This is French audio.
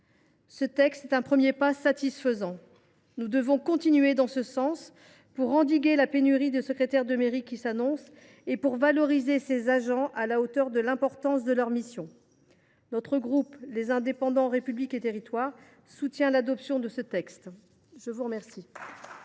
Ce texte est un premier pas satisfaisant. Nous devons continuer dans ce sens, afin d’endiguer la pénurie de secrétaires de mairie qui s’annonce et de valoriser ces agents à la hauteur de l’importance de leurs missions. Le groupe Les Indépendants – République et Territoires soutient l’adoption de ce texte. Conformément